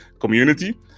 community